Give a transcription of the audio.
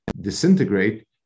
disintegrate